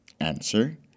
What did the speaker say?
Answer